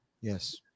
Yes